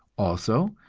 also,